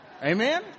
Amen